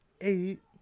eight